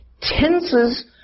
tenses